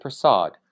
Prasad